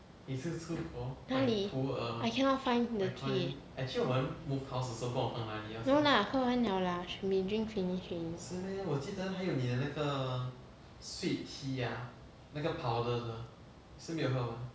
哪里 I cannot find the tea no lah 喝完 liao lah should be drink finish already